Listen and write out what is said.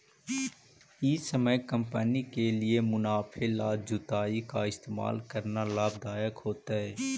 ई समय कंपनी के लिए मुनाफे ला जुताई का इस्तेमाल करना लाभ दायक होतई